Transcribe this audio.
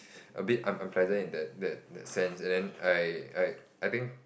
a bit un~ unpleasant in that that that sense and then I I I think